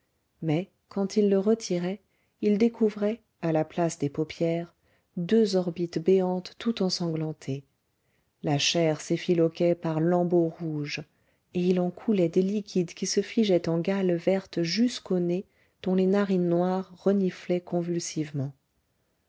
mais quand il le retirait il découvrait à la place des paupières deux orbites béantes tout ensanglantées la chair s'effiloquait par lambeaux rouges et il en coulait des liquides qui se figeaient en gales vertes jusqu'au nez dont les narines noires reniflaient convulsivement